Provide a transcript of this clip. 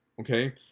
okay